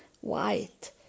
white